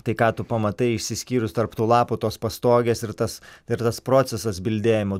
tai ką tu pamatai išsiskyrus tarp tų lapų tos pastogės ir tas ir tas procesas bildėjimo